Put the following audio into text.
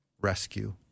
rescue